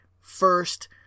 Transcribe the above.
first